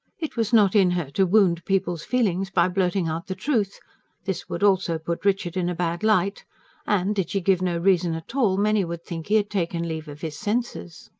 it was not in her to wound people's feelings by blurting out the truth this would also put richard in a bad light and, did she give no reason at all, many would think he had taken leave of his senses.